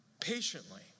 patiently